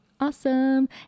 Awesome